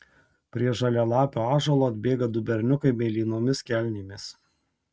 prie žalialapio ąžuolo atbėga du berniukai mėlynomis kelnėmis